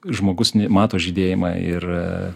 žmogus mato žydėjimą ir